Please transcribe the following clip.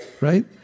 Right